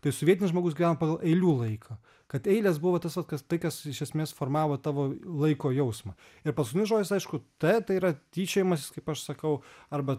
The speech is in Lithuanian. tai sovietinis žmogus gyvena pagal eilių laiką kad eilės buvo tas vat kas tai kas iš esmės formavo tavo laiko jausmą ir pasutinis žodis aišku t tai yra tyčiojimasis kaip aš sakau arba